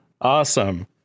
awesome